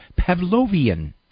Pavlovian